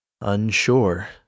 unsure